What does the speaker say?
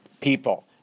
people